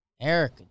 Eric